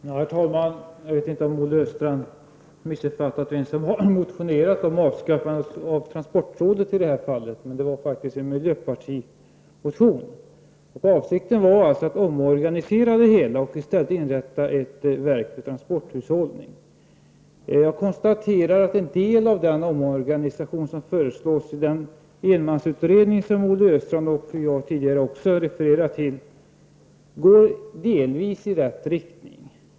Herr talman! Jag vet inte om Olle Östrand har missuppfattat vad vi motionerade om. Det gäller i detta fall avskaffandet av transportrådet. Bakgrunden till vår reservation var en motion från miljöpartiet. Avsikten var att det hela skulle omorganiseras och att man i stället skulle inrätta ett verk för transporthushållning. Jag konstaterar att den omorganisation som föreslås i den enmansutredning som Olle Östrand och tidigare även jag har refererat till delvis går i rätt riktning.